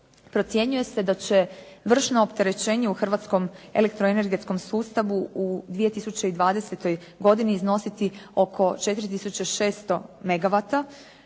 Procjenjuje se da će vršno opterećenje u hrvatskom elektroenergetskom sustavu u 2020. godini iznositi oko 4600